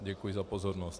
Děkuji za pozornost.